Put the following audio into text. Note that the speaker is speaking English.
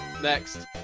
Next